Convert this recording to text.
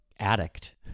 Addict